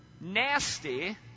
Nasty